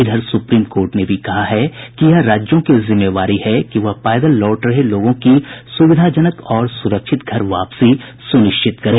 इधर supreme court ने भी कहा है कि यह राज्यों की जिम्मेवारी है कि वह पैदल लौट रहे लोगों की सुविधाजनक और सुरक्षित घर वापसी सुनिश्चित करे